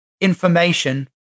information